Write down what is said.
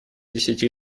десяти